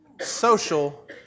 Social